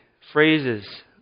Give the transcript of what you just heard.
phrases